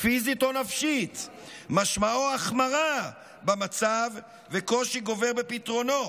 פיזית או נפשית משמעו החמרה במצב וקושי גובר בפתרונו.